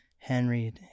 Henry